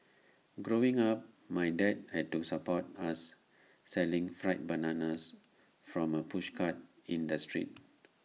growing up my dad had to support us selling fried bananas from A pushcart in the street